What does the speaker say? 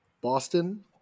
Boston